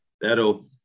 that'll